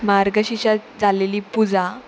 मार्गशिशान जालेली पुजा